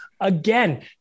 again